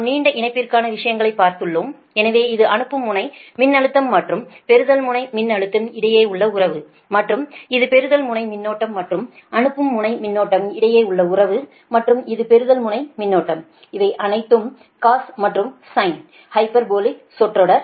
நாம் நீண்ட இணைப்பிற்கான விஷயங்களை பார்த்துள்ளோம் எனவே இது அனுப்பும் முனை மின்னழுத்தம் மற்றும் பெறுதல் முனை மின்னழுத்தம் இடையே உள்ள உறவு மற்றும் இது பெறுதல் முனை மின்னோட்டம் மற்றும் அனுப்பும் முனை மின்னோட்டம் இடையே உள்ள உறவு மற்றும் இது பெறுதல் முனை மின்னோட்டம் இவை அனைத்தும் காஸ் மற்றும் சைன் ஹைபர்போலிக் சொற்றொடர்